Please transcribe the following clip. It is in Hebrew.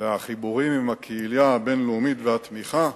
והחיבורים עם הקהילייה הבין-לאומית והתמיכה,